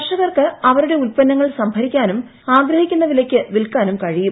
കർഷകർക്ക് അവരുടെ ഉൽപ്പന്നങ്ങൾ സംഭരിക്കാനും ആഗ്രഹി ക്കുന്ന വിലയ്ക്ക് വിൽക്കാനും കഴിയും